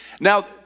Now